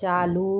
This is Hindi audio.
चालू